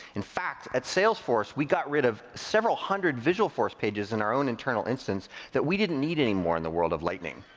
in fact, at salesforce, we got rid of several hundred visualforce pages in our own internal instance that we didn't need anymore in the world of lightning.